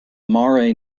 mare